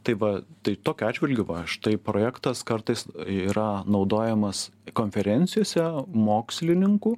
tai va tai tokiu atžvilgiu va štai projektas kartais yra naudojamas konferencijose mokslininkų